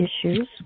issues